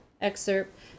excerpt